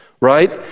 Right